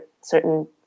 certain